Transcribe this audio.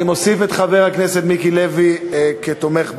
אני מוסיף את חבר הכנסת מיקי לוי כתומך בהצעה.